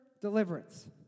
deliverance